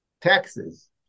taxes